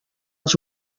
els